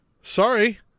sorry